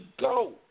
go